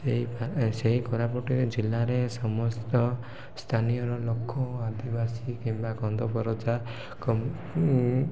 ସେହି କୋରାପୁଟରେ ଜିଲ୍ଲାରେ ସମସ୍ତ ସ୍ଥାନୀୟ ଲୋକ ଆଦିବାସୀ କିମ୍ବା କନ୍ଧ ପରଜା